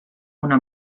una